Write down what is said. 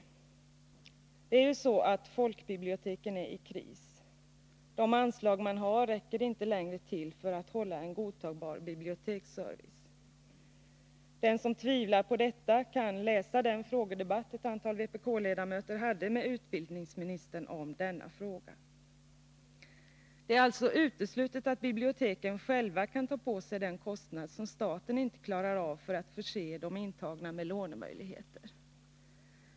Det är ju så, att folkbiblioteken är i kris. De anslag man har räcker inte längre till för att hålla en godtagbar biblioteksservice. Den som tvivlar på detta kan läsa den frågedebatt ett antal vpk-ledamöter hade med utbildningsministern om denna fråga. Det är alltså uteslutet att biblioteken själva kan ta på sig den kostnad som staten inte klarar av för att förse de intagna med lånemöjligheter.